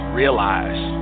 realize